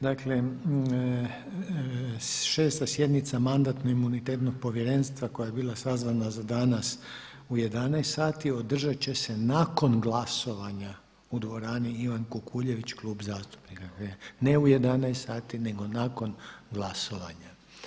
Dakle, šesta sjednica Mandatno-imunitetnog povjerenstva, koja je bila sazvana za danas u 11,00 sati održati će se nakon glasovanja u dvorani Ivan Kukuljević, Klub zastupnika, ne u 11,00 sati nego nakon glasovanja.